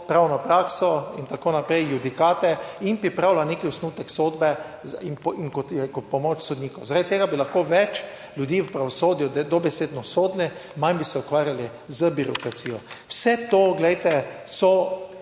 pravno prakso in tako naprej, judikate in pripravlja nek osnutek sodbe in pomoč sodnikov. Zaradi tega bi lahko več ljudi v pravosodju dobesedno sodili, manj bi se ukvarjali z birokracijo. Vse to, glejte, so,